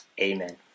Amen